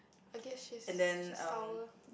I guess she's just sour